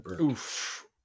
Oof